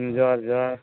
ଜୁହାର୍ ଜୁହାର୍